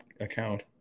account